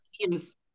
teams